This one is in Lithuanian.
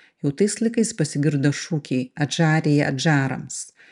jau tais laikais pasigirdo šūkiai adžarija adžarams